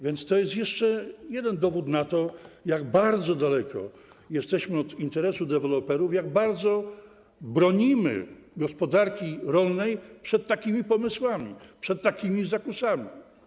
Więc to jest jeszcze jeden dowód na to, jak bardzo daleko jesteśmy od interesu deweloperów, jak bardzo bronimy gospodarki rolnej przed takimi pomysłami, przed takimi zakusami.